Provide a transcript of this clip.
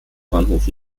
bahnhof